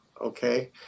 okay